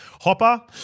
Hopper